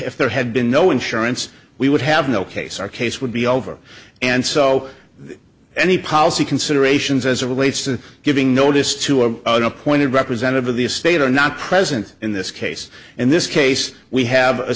if there had been no insurance we would have no case our case would be over and so any policy considerations as it relates to giving notice to an appointed representative of the state are not present in this case in this case we have a